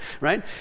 right